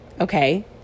okay